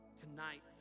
Tonight